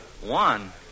one